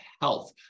health